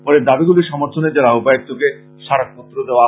পরে দাবীগুলির সমর্থনে জেলা উপায়ুক্তকে স্মারক পত্র দেওয়া হয়